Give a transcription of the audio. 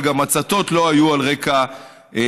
וגם ההצתות לא היו על רקע לאומני.